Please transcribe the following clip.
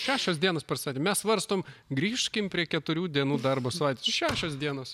šešios dienos per savaitę mes svarstom grįžkim prie keturių dienų darbo savaitės šešios dienos